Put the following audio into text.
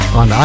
on